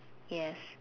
yes